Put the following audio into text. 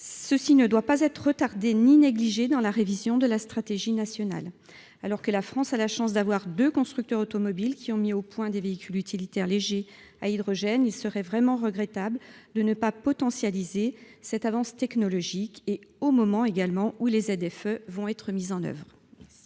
ne doivent être ni retardés ni négligés dans la révision de la stratégie nationale. Alors que la France a la chance de compter deux constructeurs automobiles ayant mis au point des véhicules utilitaires légers à hydrogène, il serait véritablement regrettable de ne pas potentialiser cette avance technologique au moment où les zones à faibles émissions (ZFE) vont être mises en oeuvre.